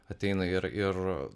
ateina ir ir